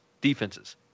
defenses